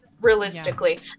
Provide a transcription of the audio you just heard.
realistically